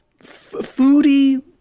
foodie